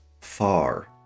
far